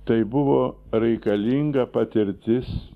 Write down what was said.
tai buvo reikalinga patirtis